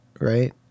right